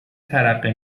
ترقه